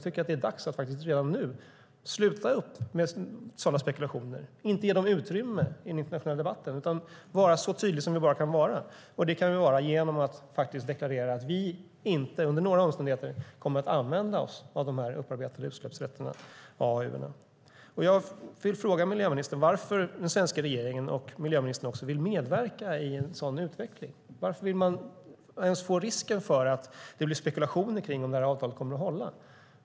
Det är dags att redan nu sluta upp med att ge utrymme för sådana spekulationer i den internationella debatten och i stället vara så tydliga som vi bara kan vara, och det kan vi vara genom att deklarera att vi inte under några omständigheter kommer att använda oss av de upparbetade utsläppsrätterna, AAU:erna. Jag vill fråga miljöministern varför den svenska regeringen och miljöministern vill medverka till en sådan utveckling. Varför vill man ens riskera att det blir spekulationer kring om avtalet kommer att hålla?